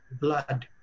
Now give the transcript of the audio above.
blood